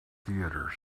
theatres